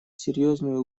серьезную